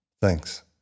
Thanks